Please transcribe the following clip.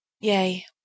yea